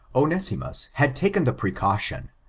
onesimus had taken the precaution,